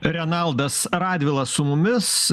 renaldas radvila su mumis